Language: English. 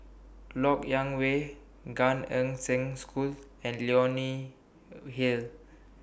Lok Yang Way Gan Eng Seng School and Leonie Hill